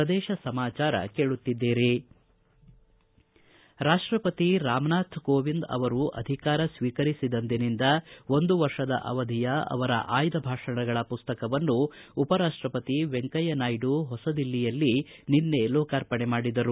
ಪ್ರದೇಶ ಸಮಾಚಾರ ಕೇಳುತ್ತಿದ್ದೀರಿ ರಾಪ್ಷಸತಿ ರಾಮ್ನಾಥ್ ಕೋವಿಂದ್ ಅವರು ಅಧಿಕಾರ ಸ್ವೀಕರಿಸಿದಂದಿನಿಂದ ಒಂದು ವರ್ಷದ ಅವಧಿಯ ಅವರ ಆಯ್ದ ಭಾಷಣಗಳ ಪುಸ್ತಕವನ್ನು ಉಪರಾಷ್ಟಪತಿ ವೆಂಕಯ್ಕ ನಾಯ್ಡ ಹೊಸದಿಲ್ಲಿಯಲ್ಲಿ ನಿನ್ನೆ ಲೋಕಾರ್ಪಣೆ ಮಾಡಿದರು